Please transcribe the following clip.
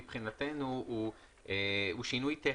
מבחינתנו זה שינוי טכני.